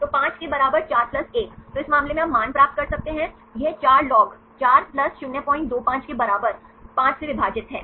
तो 5 के बराबर 4 प्लस 1 तो इस मामले में आप मान प्राप्त कर सकते हैं यह 4 लॉग प्लस 025 के बराबर 5 सही से विभाजित है